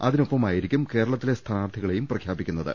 അതിനൊപ്പ മായിരിക്കും കേരളത്തിലെ സ്ഥാനാർഥികളെയും പ്രഖ്യാപിക്കുന്ന ത്